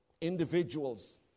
individuals